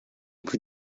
plus